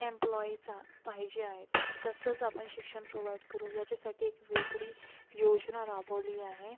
एम्प्लॉइचा पाहिजे आहेत तसंच आपण शिक्षण प्रोवाईट करू याच्यासाठी एक वेगळी योजना राबवली आहे